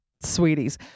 sweeties